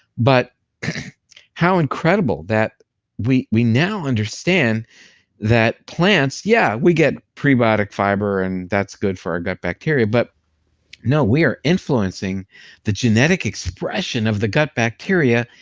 but how incredible that we we now understand that plants, yeah, we get prebiotic fiber and that's good for our gut bacteria, but no, we are influencing the genetic expression of the gut bacteria,